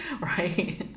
Right